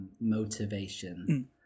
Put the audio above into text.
motivation